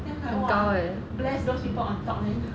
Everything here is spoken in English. then like !wah! bless those people on top leh